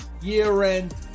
year-end